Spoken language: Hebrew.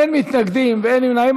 אין מתנגדים ואין נמנעים.